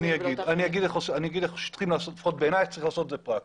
אני אומר את זה איך בעיניי צריך לעשות את זה פרקטית.